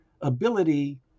ability